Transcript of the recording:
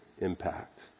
impact